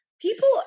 people